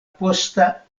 posta